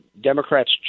Democrats